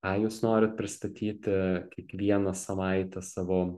ką jūs norit pristatyti kiekvieną savaitę savo